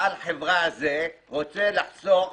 בעל החברה הזה רוצה לחסוך,